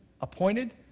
appointed